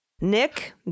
nick